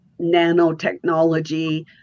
nanotechnology